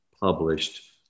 published